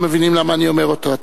לא מבינים למה אני אומר אותם,